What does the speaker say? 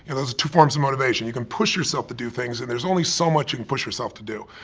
and there's two forms of motivation. you can push yourself to do things, and there's only so much you can push yourself to do.